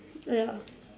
ya